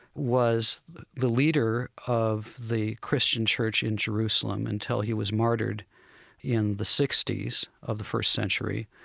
was the leader of the christian church in jerusalem until he was martyred in the sixty s of the first century.